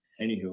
Anywho